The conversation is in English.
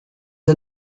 are